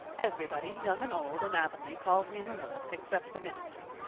everybody, young and old, in avonlea calls me marilla except the minister.